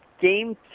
game